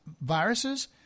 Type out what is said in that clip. viruses